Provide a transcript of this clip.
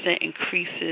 increases